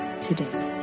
today